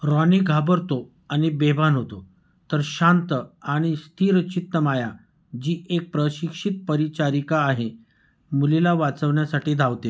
Ronnie घाबरतो आणि बेभान होतो तर शांत आणि स्थिरचित्त माया जी एक प्रशिक्षित परिचारिका आहे मुलीला वाचवण्यासाठी धावते